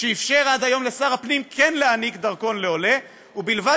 שאפשר עד היום לשר הפנים כן להעניק דרכון לעולה ובלבד